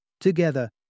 Together